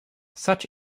such